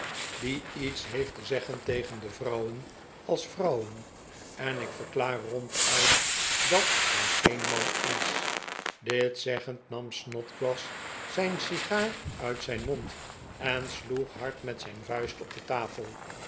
die iets heeft te zeggen tegen de vrouwen als vrouwen en ik verklaar ronduit dat hij geen man is dit zeggend nam snodgrass zijn sigaar uit zijn mond en sloeg hard met zijn vuist op de tafel